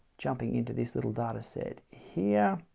jumping into this little data set here.